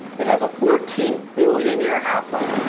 it has a fourteen billion year half-life.